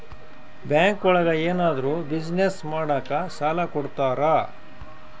bank ಒಳಗ ಏನಾದ್ರೂ business ಮಾಡಾಕ ಸಾಲ ಕೊಡ್ತಾರ